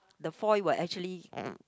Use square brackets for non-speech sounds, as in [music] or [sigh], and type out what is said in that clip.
the foil will actually [noise]